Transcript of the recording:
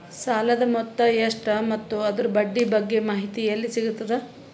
ಸಾಲದ ಮೊತ್ತ ಎಷ್ಟ ಮತ್ತು ಅದರ ಬಡ್ಡಿ ಬಗ್ಗೆ ಮಾಹಿತಿ ಎಲ್ಲ ಸಿಗತದ?